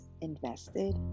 invested